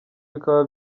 bikaba